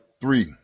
three